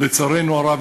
לצערנו הרב,